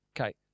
Okay